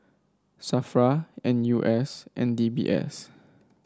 Safra N U S and D B S